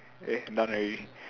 eh done ready